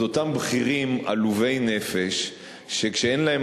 אז אותם בכירים עלובי נפש שכשאין להם